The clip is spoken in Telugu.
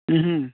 హ